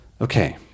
Okay